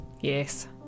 Yes